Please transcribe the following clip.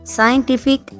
Scientific